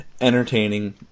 entertaining